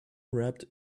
wrapped